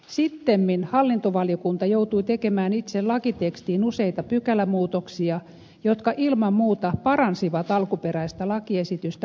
sittemmin hallintovaliokunta joutui tekemään itse lakitekstiin useita pykälämuutoksia jotka ilman muuta paransivat alkuperäistä lakiesitystä huomattavasti